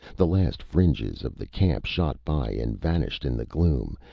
the last fringes of the camp shot by and vanished in the gloom,